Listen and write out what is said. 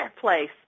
place